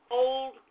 old